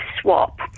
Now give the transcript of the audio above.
swap